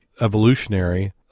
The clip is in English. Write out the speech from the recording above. evolutionary